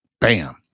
Bam